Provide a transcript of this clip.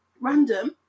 Random